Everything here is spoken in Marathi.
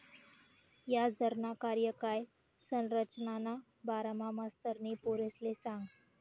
याजदरना कार्यकाय संरचनाना बारामा मास्तरनी पोरेसले सांगं